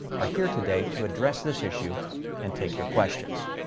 are here today to address this issue and take your questions.